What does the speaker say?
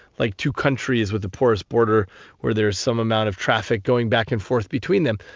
like two countries with a porous border where there's some amount of traffic going back and forth between them.